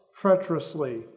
treacherously